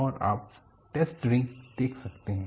और आप test rig देख सकते हैं